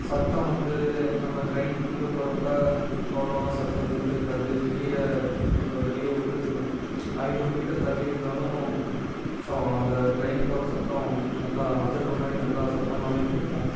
சத்தம் வந்து நம்ம ட்ரெயின்னுக்குள்ளே போகிறப்ப அவ்வளோவா சத்தம் எதுவும் கேட்காது வெளியே நம்ம வெளியே ஐநூறு மீட்டர் தள்ளி இருந்தாலும் அந்த ட்ரெயின் போகிற சத்தம் நல்லா அதிர்கிற மாதிரி நல்லா சத்தமாகவே கேட்கும்